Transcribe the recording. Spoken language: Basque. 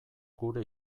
gure